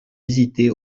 visitées